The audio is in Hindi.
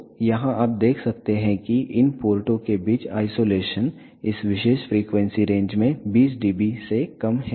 तो यहाँ आप देख सकते हैं कि इन पोर्टों के बीच आइसोलेशन इस विशेष फ्रीक्वेंसी रेंज में 20 dB से कम है